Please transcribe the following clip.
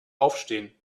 aufstehen